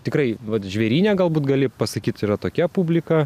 tikrai vat žvėryne galbūt gali pasakyt yra tokia publika